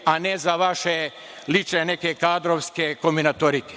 a ne za vaše lične neke kadrovske kombinatorike.